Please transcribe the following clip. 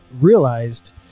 realized